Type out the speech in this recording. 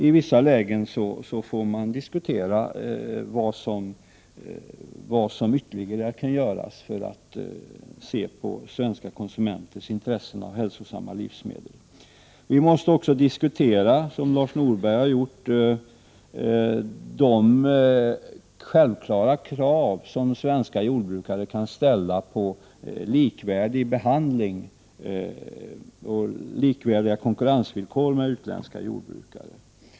I vissa lägen får man diskutera vad som ytterligare kan göras för att ta till vara svenska konsumenters intressen av hälsosamma livsmedel. Vi måste också, som Lars Norberg har gjort, diskutera de självklara krav som svenska jordbrukare kan ställa på likvärdig behandling och likvärdiga konkurrensvillkor jämfört med utländska jordbrukare.